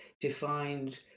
defined